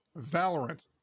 Valorant